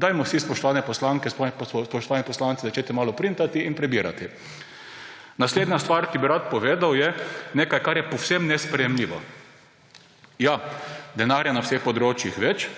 Dajmo si, spoštovane poslanke in spoštovani poslanci, začeti malo printati in prebirati. Naslednja stvari, ki bi jo rad povedal, je nekaj, kar je povsem nesprejemljivo. Ja, denarja na vseh področjih več,